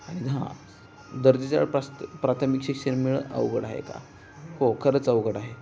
आणि हां दर्जेदार प्रास्त प्राथमिक शिक्षण मिळणं अवघड आहे का हो खरंच अवघड आहे